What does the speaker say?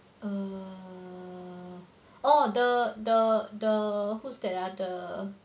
err oh the the the who's that !huh! the